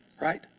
Right